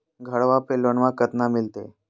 घरबा पे लोनमा कतना मिलते?